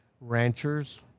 ranchers